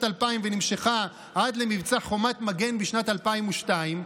2000 ונמשכה עד מבצע חומת מגן בשנת 2002,